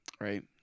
Right